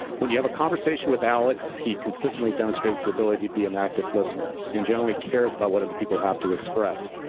when you have a conversation with alex, he consistently demonstrates the ability to be an active listener and genuinely cares about what other people have to express.